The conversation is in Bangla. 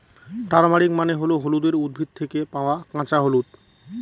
টারমারিক মানে হল হলুদের উদ্ভিদ থেকে পাওয়া কাঁচা হলুদ